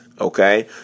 Okay